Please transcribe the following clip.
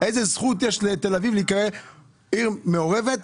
לגבי החינוך,